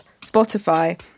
Spotify